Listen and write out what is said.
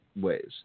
ways